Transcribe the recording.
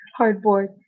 Hardboard